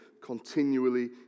continually